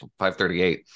538